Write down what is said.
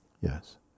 Yes